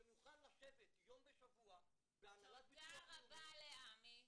שמוכן לשבת יום בשבוע בהנהלת ביטוח לאומי --- תודה רבה לעמי.